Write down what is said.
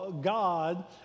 God